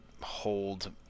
hold